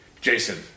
Jason